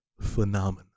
phenomenon